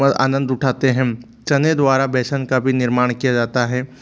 आनंद उठाते हैं चने द्वारा बेसन का भी निर्माण किया जाता है